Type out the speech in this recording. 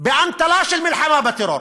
באמתלה של מלחמה בטרור.